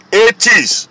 eighties